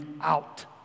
out